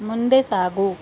ಮುಂದೆ ಸಾಗು